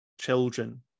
children